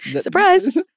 Surprise